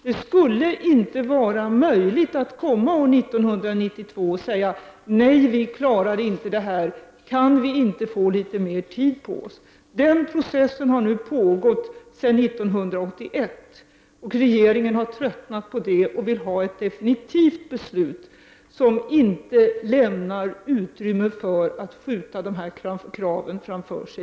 Det skulle inte vara möjligt att år 1992 komma och säga: Nej, vi klarar inte det här. Kan vi inte få litet mer tid på oss? Denna process har nu pågått sedan år 1981. Regeringen har tröttnat på detta, och vi vill ha ett definitivt beslut som inte lämnar något utrymme för att återigen skjuta dessa krav framför sig.